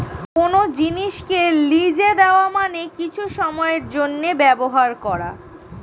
কোন জিনিসকে লিজে দেওয়া মানে কিছু সময়ের জন্যে ব্যবহার করা